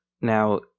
Now